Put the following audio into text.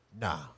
Nah